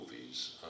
movies